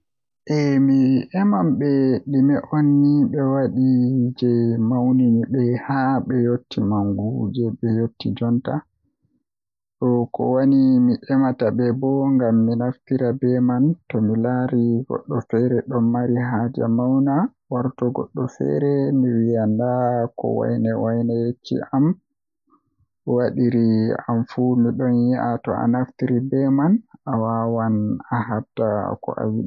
Eh mi eman ɓe ɗume onni ɓe waɗi jei mawnini ɓe haa ɓe yotti Mangu jei ɓe woni jonta. Do ko wadi mi emata ɓe bo ngam mi naftira be man tomi laari goɗɗo feere ɗon mari haaje mauna warta goɗɗo feere miviya nda ko waine waine yecci am waɗiri anfu miɗon yi'a to anaftiri be dabareeji man awawan aheɓa ko ayiɗi.